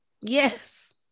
Yes